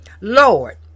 Lord